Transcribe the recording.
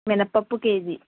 మినపప్పు కేజీ